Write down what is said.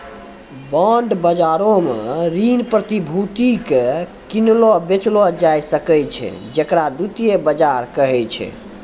bond बजारो मे ऋण प्रतिभूति के किनलो बेचलो जाय सकै छै जेकरा द्वितीय बजार कहै छै